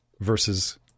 versus